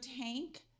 Tank